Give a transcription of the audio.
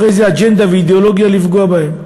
איזה אג'נדה ואידיאולוגיה רצו לפגוע בהם.